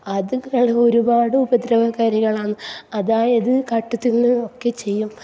അതങ്ങൾ ഒരുപാട് ഉപദ്രവകാരികളാണ് അതായത് കട്ട് തിന്നുക ഒക്കെ ചെയ്യും